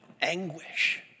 anguish